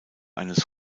eines